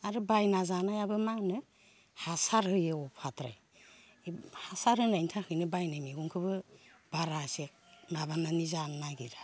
आरो बायना जानायाबो मा होनो हासार होयो अभारद्राय हासार होनायनि थाखायनो बायनाय मैगंखोबो बारा एसे माबानानै जानो नागिरा